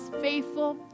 faithful